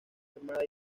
armada